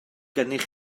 gennych